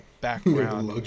background